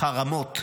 חרמות,